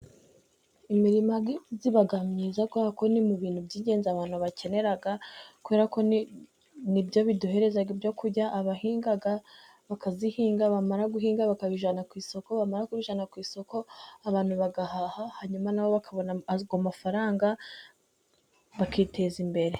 Imirima iba myiza kuko ni mu bintu by'ingenzi abantu bakenera kubera ko ni byo biduhereza ibyo kurya, abahinga bakayihinga bamara guhinga bakabijyana ku isoko, bamara kubijyana ku isoko, abantu bagahaha hanyuma nabo bakabona amafaranga bakiteza imbere.